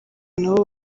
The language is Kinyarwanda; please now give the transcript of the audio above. nabo